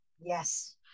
yes